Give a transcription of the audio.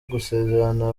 gusezerana